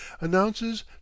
announces